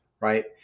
right